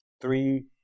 Three